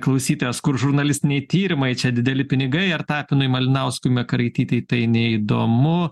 klausytojas kur žurnalistiniai tyrimai čia dideli pinigai ar tapinui malinauskui makaraitytei tai neįdomu